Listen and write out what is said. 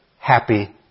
happy